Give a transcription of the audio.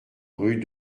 rue